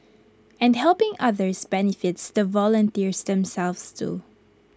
and helping others benefits the volunteers themselves too